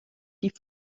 die